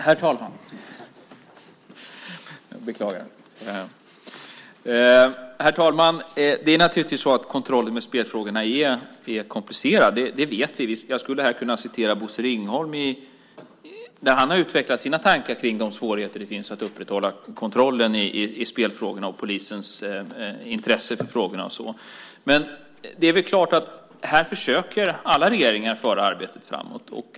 Herr talman! Det är naturligtvis så att kontrollen i spelfrågorna är komplicerad, det vet vi. Jag skulle kunna citera Bosse Ringholm när han utvecklade sina tankar om de svårigheter som finns med att upprätthålla kontrollen i spelfrågorna och polisens intresse för frågorna. Alla regeringar försöker föra arbetet framåt.